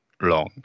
long